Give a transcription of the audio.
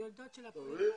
בעיקר היולדות של אפריל-מאי.